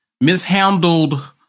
mishandled